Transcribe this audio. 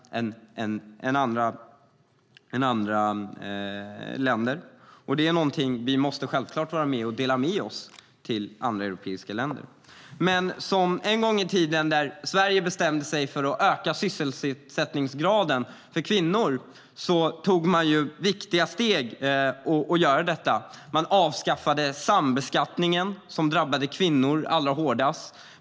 Det är självfallet någonting som vi måste vara med och dela med oss av till andra europeiska länder. Sverige bestämde sig en gång i tiden för att öka sysselsättningsgraden för kvinnor. Man tog då viktiga steg för att göra detta. Man avskaffade sambeskattningen, som drabbade kvinnor allra hårdast.